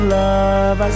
love